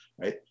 right